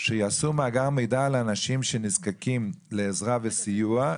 שיעשו מאגר מידע על אנשים שנזקקים לעזרה וסיוע,